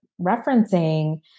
referencing